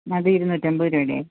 അത് ഇരുന്നൂറ്റി അൻപത് രൂപയുടെ ആയിരുന്നു